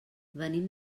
venim